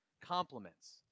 Compliments